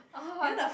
oh I'm